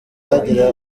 ihagera